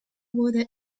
wurde